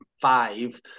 five